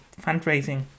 fundraising